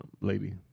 lady